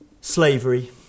Slavery